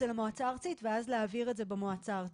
זה למועצה הארצית ואז להעביר את זה במועצה הארצית,